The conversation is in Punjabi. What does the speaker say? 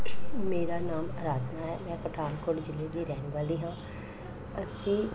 ਮੇਰਾ ਨਾਮ ਅਰਾਧਨਾ ਹੈ ਮੈਂ ਪਠਾਨਕੋਟ ਜ਼ਿਲ੍ਹੇ ਦੀ ਰਹਿਣ ਵਾਲੀ ਹਾਂ ਅਸੀਂ